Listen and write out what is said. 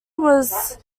was